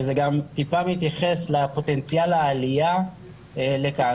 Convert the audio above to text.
וזה גם טיפה מתייחס לפוטנציאל העלייה לכאן.